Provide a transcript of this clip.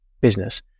business